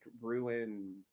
ruin